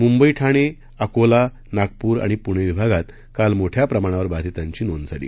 मुंबई ठाणे अकोला नागपूर आणि पूणे विभागात काल मोठ्या प्रमाणावर बाधितांची नोंद झाली